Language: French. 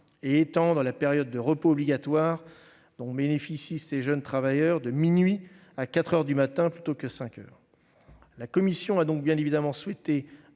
et étendre la période de repos obligatoire dont bénéficient ces jeunes travailleurs de minuit à quatre heures du matin, plutôt que cinq heures. La commission a donc bien évidemment souhaité